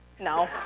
No